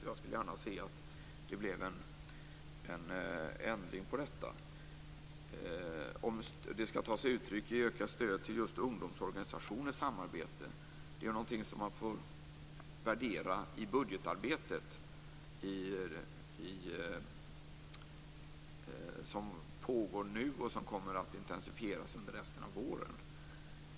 Jag skulle gärna se en ändring på detta. Om det skall ta sig uttryck i ökat stöd till just ungdomsorganisationers samarbete är en fråga man får värdera i det budgetarbete som pågår nu och som kommer att intensifieras under resten av våren.